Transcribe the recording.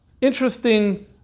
interesting